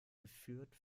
geführt